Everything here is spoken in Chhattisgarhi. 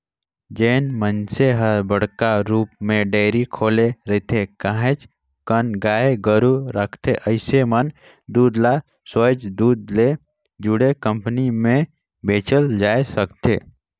जेन मइनसे हर बड़का रुप म डेयरी खोले रिथे, काहेच कन गाय गोरु रखथे अइसन मन दूद ल सोयझ दूद ले जुड़े कंपनी में बेचल जाय सकथे